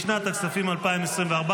לשנת הכספים 2024,